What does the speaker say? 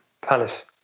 Palace